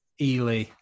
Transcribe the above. Ely